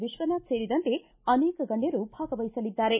ವಿಶ್ವನಾಥ್ ಸೇರಿದಂತೆ ಅನೇಕ ಗಣ್ಯರು ಭಾಗವಹಿಸಲಿದ್ದಾರೆ